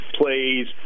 plays